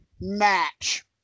match